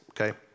okay